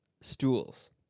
Stools